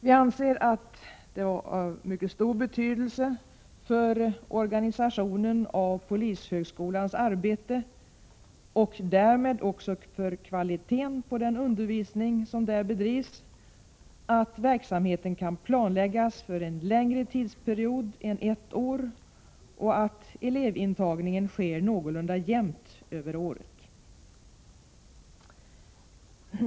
Vi anser att det är av mycket stor betydelse för organisationen av polishögskolans arbete och därmed också för kvaliteten på den undervisning som där bedrivs att verksamheten kan planläggas för en längre tidsperiod än ett år och att elevintagningen är någorlunda jämnt fördelad över året.